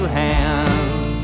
hands